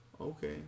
Okay